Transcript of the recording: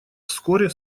вскоре